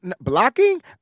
blocking